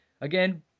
Again